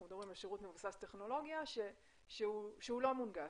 אנחנו מדברים על שירות מבוסס טכנולוגיה שהוא לא מונגש.